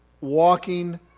walking